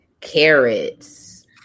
carrots